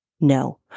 no